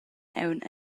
aunc